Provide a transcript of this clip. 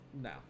No